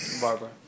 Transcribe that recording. Barbara